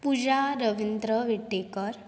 Puja Ravindra Vettekar